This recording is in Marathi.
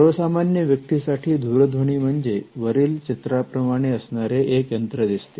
सर्वसामान्य व्यक्ती साठी दूरध्वनी म्हणजे वरील चित्राप्रमाणे असणारे एक यंत्र दिसते